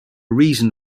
reason